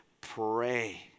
pray